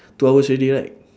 two hours already right